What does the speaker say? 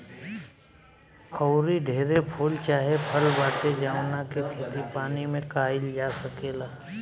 आऊरी ढेरे फूल चाहे फल बाटे जावना के खेती पानी में काईल जा सकेला